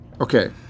okay